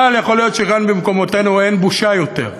אבל יכול להיות שגם במקומותינו אין בושה יותר.